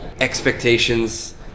expectations